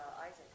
Isaac